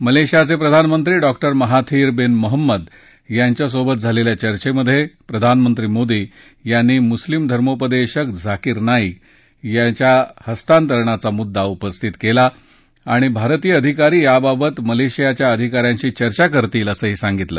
मलेशियाचे प्रधानमंत्री Dr Mahathir bin Mohamad यांच्या सोबत झालेल्या चर्चेत प्रधानमंत्री मोदी यांनी मुस्लीम धर्मोपदेशक झाकीर नाईक यांच्या हस्तांतरणाचा मुद्दा उपस्थित केला आणि भारतीय अधिकारी याबाबत मलेशियाच्या अधिका यांशी चर्चा करतील असं सांगितलं